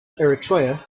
eritrea